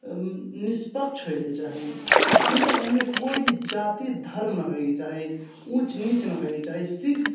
निष्पक्ष होइके चाही जे अइमे कोइ भी जाति धर्म नहि होइके चाही ऊँच नीच नहि होइके चाही सिर्फ